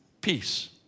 peace